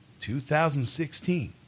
2016